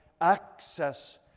access